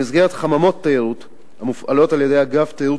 במסגרת חממות תיירות המופעלות על-ידי אגף תיירות